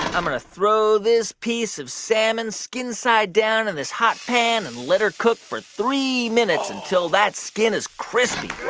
i'm going to throw this piece of salmon skin-side down in this hot pan and let her cook for three minutes until that skin is crispy